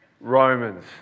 Romans